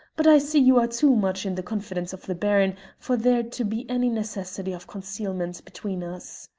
but i see you are too much in the confidence of the baron for there to be any necessity of concealment between us.